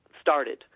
started